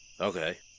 Okay